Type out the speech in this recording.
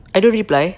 I don't reply